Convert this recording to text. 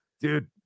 dude